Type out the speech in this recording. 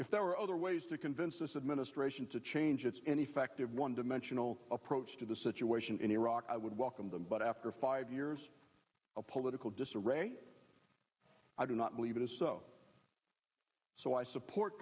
if there are other ways to convince this administration to change its an effective one dimensional approach to the situation in iraq i would welcome them but after five years of political disarray i do not believe it is so so i support